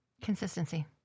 Consistency